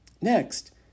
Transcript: Next